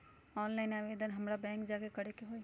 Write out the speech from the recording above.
Online आवेदन हमरा bank जाके करे के होई?